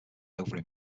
over